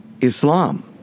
Islam